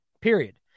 period